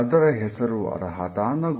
ಅದರ ಹೆಸರು ಅರ್ಹತಾ ನಗು